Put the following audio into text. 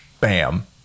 bam